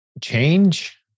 change